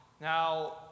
Now